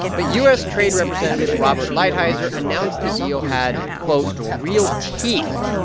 but u s. trade representative robert lighthizer announced the deal had, quote, real teeth,